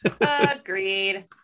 Agreed